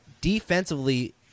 defensively